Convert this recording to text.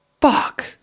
fuck